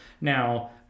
Now